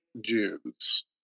Jews